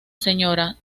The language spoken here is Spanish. señora